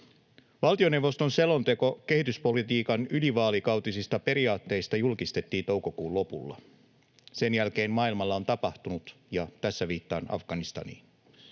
Valtioneuvoston selonteko kehityspolitiikan ylivaalikautisista periaatteista julkistettiin toukokuun lopulla. Sen jälkeen maailmalla on tapahtunut, ja tässä viittaan Afganistaniin.